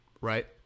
right